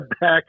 back